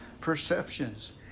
perceptions